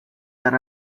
that